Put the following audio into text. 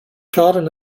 gotten